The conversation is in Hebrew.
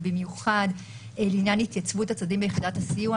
ובמיוחד לעניין התייצבות הצדדים ביחידת הסיוע,